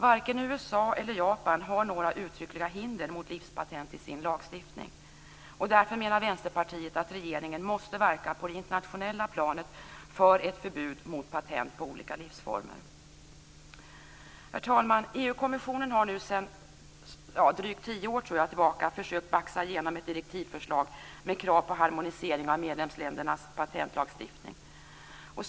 Varken USA eller Japan har några uttryckliga hinder mot livspatent i sin lagstiftning. Därför menar Vänsterpartiet att regeringen måste verka på det internationella planet för ett förbud mot patent på olika livsformer. Herr talman! EU-kommissionen har sedan drygt tio år tillbaka försökt baxa igenom ett direktivförslag med krav på harmonisering av medlemsländernas patentlagstiftning.